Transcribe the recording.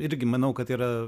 irgi manau kad yra